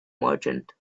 merchant